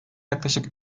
yaklaşık